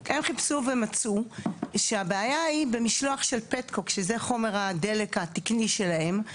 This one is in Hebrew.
הם חיפשו ומצאו שהבעיה היא במשלוח של פטקוק שזה הדלק התקני שלהם,